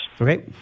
Okay